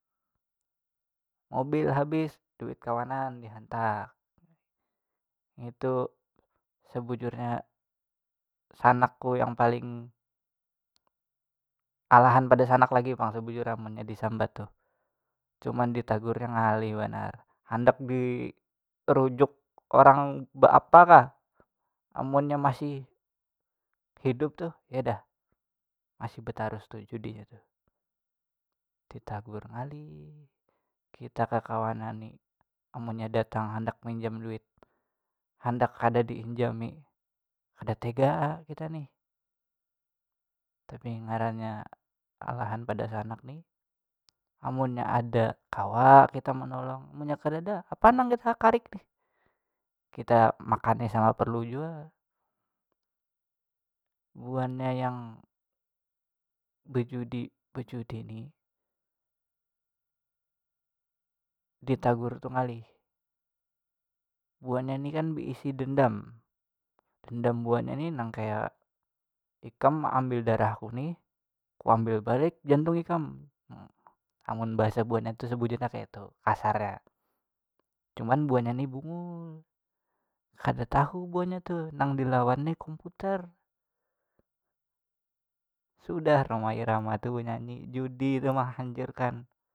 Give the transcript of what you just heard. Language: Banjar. Mobil habis duit kawanan di hantak ngitu sabujurnya sanakku yang paling alahan pada sanak lagi pang sabujurnya munnya disambat tuh cuma ditagurnya ngalih banar handak di terujuk orang beapa kah amunnya masih hidup tuh ya dah masih betarus tu judinya tu, ditagur ngalih kita kakawanan ni amunnya datang handak mainjam duit handak kada diinjami kada tega kita ni tapi ngarannya alahan pada sanak ni amunnya ada kawa kita menolong munnya kadada apa nang kita karik nih kita makan ni sama perlu jua buannya yang bejudi bejudi ni ditagur tu ngalih buannya ni kan beisi dendam dendam buannya ni nang kaya ikam meambil darahku ni ku ambil balik jantung ikam nah amun bahasa buannya tu sabujurnya kayatu, kasarnya, cuman buannya ni bungul kada tahu buannya tu nang dilawan ni komputer sudah rhoma irama tu benyanyi judi tu mahancurkan.